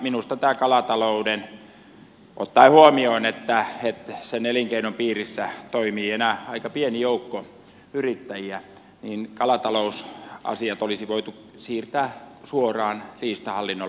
minusta nämä kalatalousasiat ottaen huomioon että sen elinkeinon piirissä toimii enää aika pieni joukko yrittäjiä olisi voitu siirtää suoraan riistahallinnolle